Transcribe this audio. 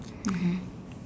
mmhmm